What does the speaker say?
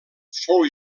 fou